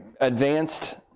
advanced